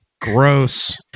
Gross